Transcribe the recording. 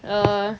err